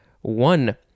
one